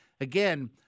again